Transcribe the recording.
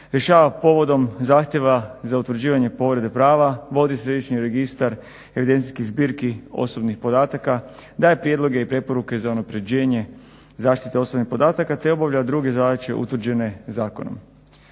rješava povodom zahtjeva za utvrđivanje povrede prava, vodi središnji registar evidencijskih zbirki osobnih podataka, daje prijedloge i preporuke za unaprjeđenje zaštite osobnih podataka, te obavlja druge zadaće utvrđene zakonom.